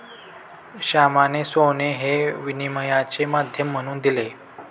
श्यामाने सोने हे विनिमयाचे माध्यम म्हणून दिले